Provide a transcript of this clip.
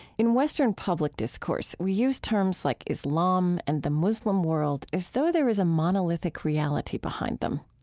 in western public discourse, we use terms like islam and the muslim world as though there is a monolithic reality behind them.